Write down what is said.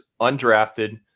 undrafted